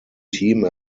team